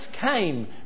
came